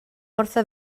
wrtho